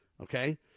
Okay